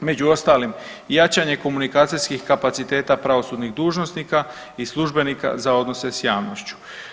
Među ostalim, jačanje komunikacijskih kapaciteta pravosudnih dužnosnika i službenika za odnose s javnošću.